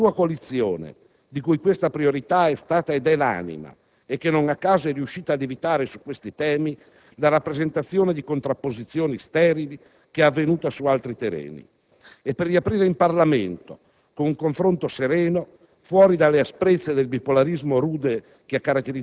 Ma il sapere, Presidente, è anche una decisiva risorsa politica per la sua coalizione, di cui questa priorità è stata ed è l'anima: non a caso, è riuscita ad evitare su questi temi quella rappresentazione di contrapposizioni sterili che è avvenuta su altri terreni